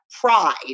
pride